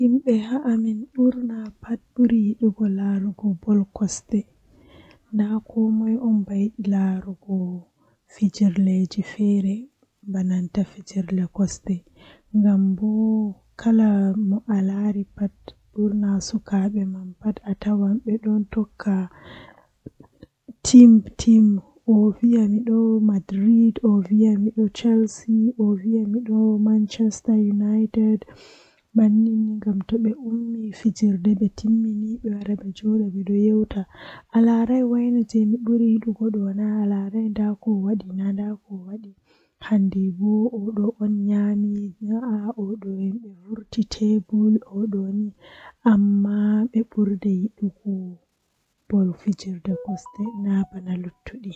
Ndikkinami mi laarta bingel pamaro haa rayuwa am fuu, Ngam bingel pamarel wala bone ayarata wala kuugal ahuwata ko ndei kala ko ayidi fuu be wannete be nyamnama be yarnama be wurnama ko ayidi pat bo be wannama, Amma maudo bo atokkan yarugo bone atokkan wadugo ko a andi fu to bone wari ma ayara bone man feere ma wala mo jabatama.